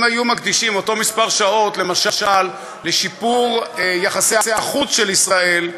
אם היו מקדישים אותו מספר שעות למשל לשיפור יחסי החוץ של ישראל,